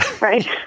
Right